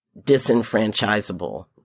disenfranchisable